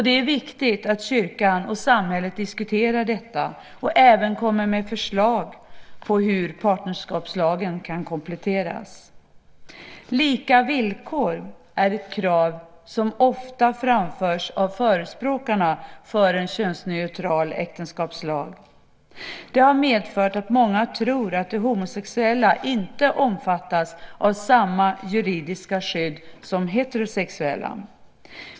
Det är viktigt att kyrkan och samhället diskuterar detta och även kommer med förslag till hur partnerskapslagen kan kompletteras. Lika villkor är ett krav som ofta framförs av förespråkarna för en könsneutral äktenskapslag. Det har medfört att många tror att de homosexuella inte omfattas av samma juridiska skydd som heterosexuella.